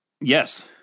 Yes